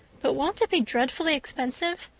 but won't it be dreadfully expensive?